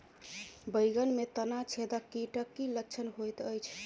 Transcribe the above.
बैंगन मे तना छेदक कीटक की लक्षण होइत अछि?